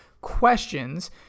questions